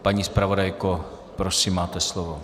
Paní zpravodajko, prosím, máte slovo.